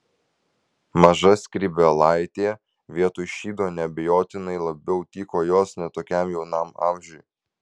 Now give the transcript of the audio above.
maža skrybėlaitė vietoj šydo neabejotinai labiau tiko jos ne tokiam jaunam amžiui